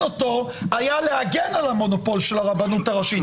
אותו היה להגן על המונופול של הרבנות הראשית,